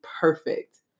perfect